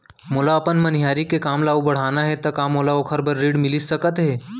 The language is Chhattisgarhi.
मोला अपन मनिहारी के काम ला अऊ बढ़ाना हे त का मोला ओखर बर ऋण मिलिस सकत हे?